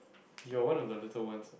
youare one of the little ones [what]